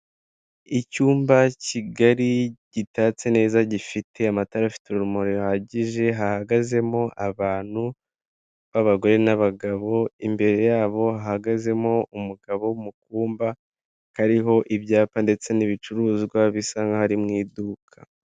Icyumba kigari gitatse neza gifite amatara afite urumuri ruhagije, hahagazemo abantu b'abagore n'abagabo imbere yabo hahagazemo umugabo mu kumba kariho ibyapa ndetse n'ibicuruzwa bisa nkaho ari mu iduka.